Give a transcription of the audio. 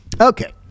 Okay